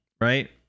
right